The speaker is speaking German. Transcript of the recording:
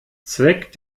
zweck